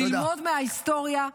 ללמוד מההיסטוריה,